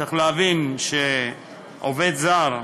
צריך להבין שעובד זר,